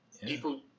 People